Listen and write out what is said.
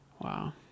Wow